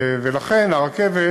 ולכן הרכבת,